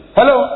Hello